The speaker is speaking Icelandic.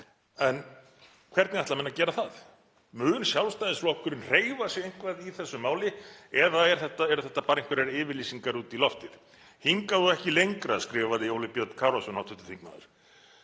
en hvernig ætla menn að gera það? Mun Sjálfstæðisflokkurinn hreyfa sig eitthvað í þessu máli eða eru þetta bara einhverjar yfirlýsingar út í loftið? Hingað og ekki lengra, skrifaði Óli Björn Kárason, hv. þingmaður.